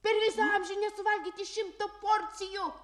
per visą amžių nesuvalgyti šimtą porcijų